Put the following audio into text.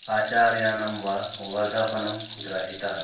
आचार्यानां वा वर्धापनं ग्रहितः